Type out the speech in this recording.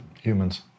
humans